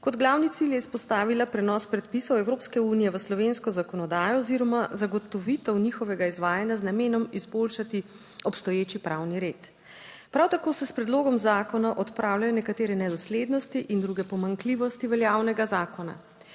Kot glavni cilj je izpostavila prenos predpisov Evropske unije v slovensko zakonodajo oziroma zagotovitev njihovega izvajanja z namenom izboljšati obstoječi pravni red. Prav tako se s predlogom zakona odpravljajo nekatere nedoslednosti in druge pomanjkljivosti veljavnega zakona.